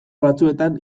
batzuetan